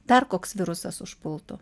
dar koks virusas užpultų